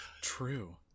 true